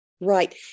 Right